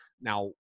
now